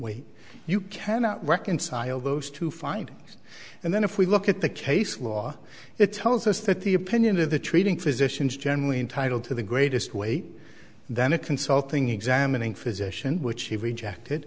way you cannot reconcile those two fine and then if we look at the case law it tells us that the opinion of the treating physicians generally entitle to the greatest weight than a consulting examining physician which he rejected